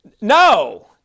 no